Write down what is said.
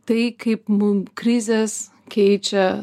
tai kaip mum krizės keičia